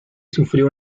sufrió